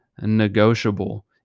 negotiable